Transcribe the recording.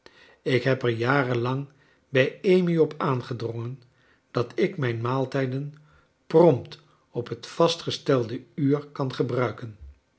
ik heb er jaren lang bij amy op aangedrongen dat ik mijn maaltrjden prompt op het vastgestelde uur kan gebruiken